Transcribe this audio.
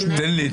תן לי.